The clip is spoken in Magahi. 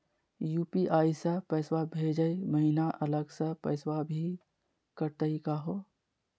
यू.पी.आई स पैसवा भेजै महिना अलग स पैसवा भी कटतही का हो?